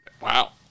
Wow